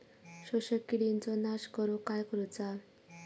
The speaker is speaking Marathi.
शोषक किडींचो नाश करूक काय करुचा?